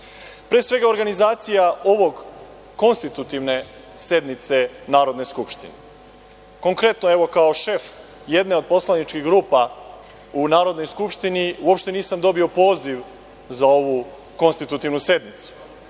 Pre svega, organizacija ove konstitutivne sednice Narodne skupštine. Konkretno, evo, kao šef jedne od poslaničkih grupa u Narodnoj skupštini uopšte nisam dobio poziv za ovu konstitutivnu sednicu.